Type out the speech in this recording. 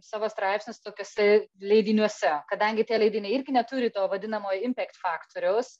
savo straipsnius tokiuose leidiniuose kadangi tie leidiniai irgi neturi to vadinamojo impact faktoriaus